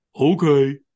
okay